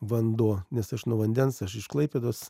vanduo nes aš nuo vandens aš iš klaipėdos